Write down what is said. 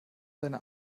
deine